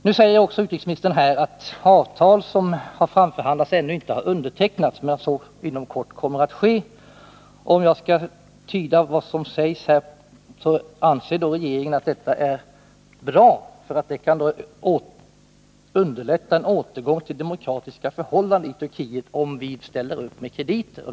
Nu säger utrikesministern att avtal som framförhandlats ännu inte har undertecknats men att så kommer att ske inom kort. Om jag uppfattat svaret rätt anser regeringen att det är bra, eftersom det kan underlätta en återgång till demokratiska förhållanden i Turkiet om vi ställer upp med krediter.